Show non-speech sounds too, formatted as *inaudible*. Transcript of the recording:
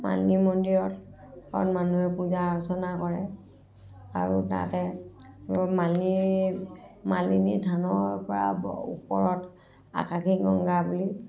মালিনী মন্দিৰত মানুহে পূজা অৰ্চনা কৰে আৰু তাতে *unintelligible* মালিনী মালিনী থানৰ পৰা ওপৰত আকাশী গংগা বুলি